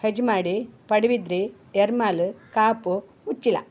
Hejmadi Padubidri Ermal Kaup Uchila